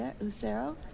Lucero